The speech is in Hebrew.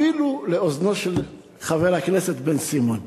אפילו לאוזנו של חבר הכנסת בן-סימון.